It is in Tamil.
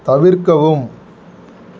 தவிர்க்கவும்